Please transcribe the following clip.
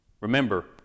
Remember